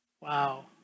Wow